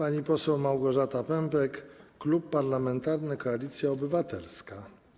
Ani poseł Małgorzata Pępek, Klub Parlamentarny Koalicja Obywatelska.